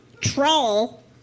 Troll